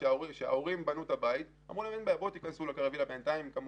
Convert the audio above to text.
כשהקיבוץ נכנס לפירוק בא המפרק ואמר שהוא לא